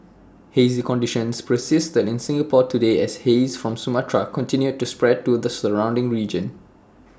hazy conditions persisted in Singapore today as haze from Sumatra continued to spread to the surrounding region